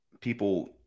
People